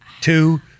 Two